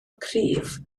cryf